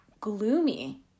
gloomy